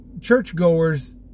churchgoers